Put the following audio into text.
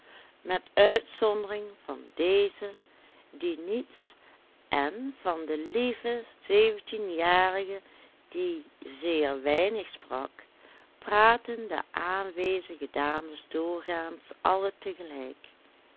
met uitzondering van deze die niets en van de lieve zeventienjarige die zeer weinig sprak praatten de aanwezige dames doorgaans alle tegelijk